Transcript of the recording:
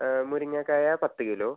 മുരിങ്ങക്കായ പത്ത് കിലോ